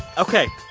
ok,